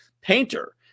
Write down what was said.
painter